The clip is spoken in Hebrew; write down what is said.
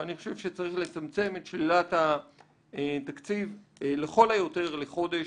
ואני חושב שצריך לצמצם את שאלת התקציב לכל היותר לחודש,